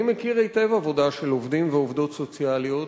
אני מכיר היטב עבודה של עובדים ועובדות סוציאליים,